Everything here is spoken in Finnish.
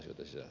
kiitoksia